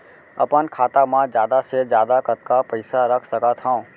अपन खाता मा जादा से जादा कतका पइसा रख सकत हव?